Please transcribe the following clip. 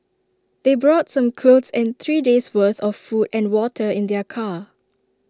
they brought some clothes and three days' worth of food and water in their car